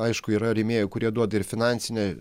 aišku yra rėmėjų kurie duoda ir finansinę